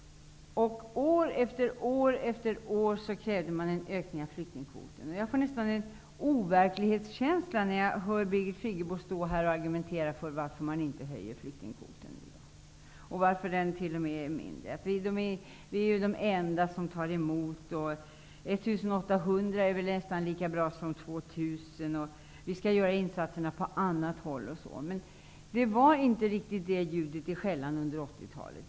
År efter år krävde man en ökning av flyktingkvoten. Jag får nästan en overklighetskänsla när jag hör Birgit Friggebo stå här och argumentera för varför man inte höjer flyktingkvoten nu. Hon säger att vi är de enda som tar emot, 1 800 är väl nästan lika bra som 2 000 och vi skall göra insatser på annat håll. Det var inte riktigt det ljudet i skällan under 80-talet.